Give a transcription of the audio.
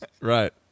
Right